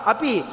Api